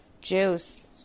Juice